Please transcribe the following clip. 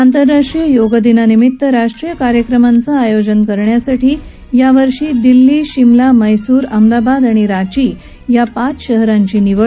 आंतरराष्ट्रीय योग दिनानिमित्त राष्ट्रीय कार्यक्रमांचं आयोजन करण्यासाठी यावर्षी दिल्ली शिमला म्हैसूर अहमदाबाद आणि रांची या पाच शहरांची निवड